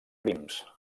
prims